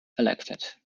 elected